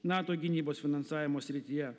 nato gynybos finansavimo srityje